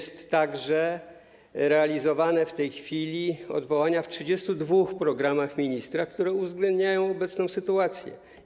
Są także realizowane w tej chwili odwołania w 32 programach ministra, które uwzględniają obecną sytuację.